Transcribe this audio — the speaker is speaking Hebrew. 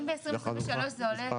אם ב-2023 השכר